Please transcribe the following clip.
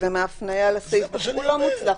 מהתוספת ומההפניה לסעיפים הוא לא מוצלח,